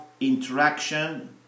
interaction